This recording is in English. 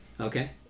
Okay